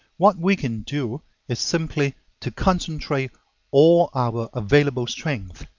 what we can do is simply to concentrate all our available strength,